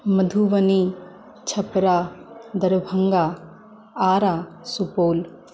Madhubani Chhapra Darbhanga Arrah Supaul